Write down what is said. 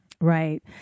Right